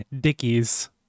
Dickies